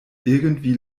irgendwie